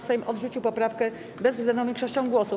Sejm odrzucił poprawkę bezwzględną większością głosów.